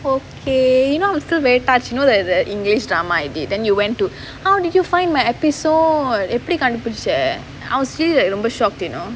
okay you know I'm still very touched you know that the english drama I did then you went to how did you find my episode எப்டி கண்டுபுடுச்ச:epdi kandupuducha that number shocked you know